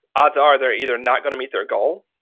odds are they're either not going to meet their goal